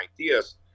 ideas